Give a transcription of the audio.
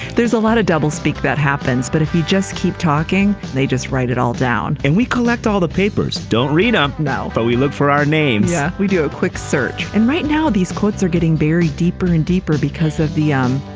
there's a lot of doublespeak that happens. but if you just keep talking, they just write it all down. and we collect all the papers. don't read up now, but we look for our names. yeah we do a quick search. and right now these quotes are getting buried deeper and deeper because of the. um